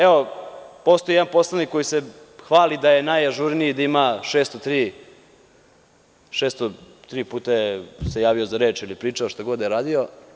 Evo, postoji jedan poslanik koji se hvali da je najažurniji i da se 603 puta javio za reč ili pričao, šta god da je radio.